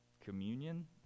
communion